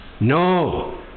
No